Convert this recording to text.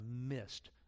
missed